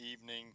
evening